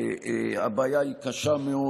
הבעיה היא קשה מאוד,